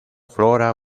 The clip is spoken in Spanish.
flora